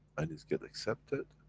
and it's get accepted,